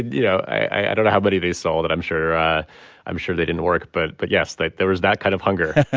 you know, i don't know how many they sold. and i'm sure i'm sure they didn't work. but but yes, there was that kind of hunger